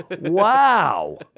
Wow